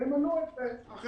ואחרים מנעו את זה.